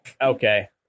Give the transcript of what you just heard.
Okay